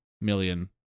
million